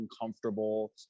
uncomfortable